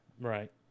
Right